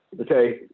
Okay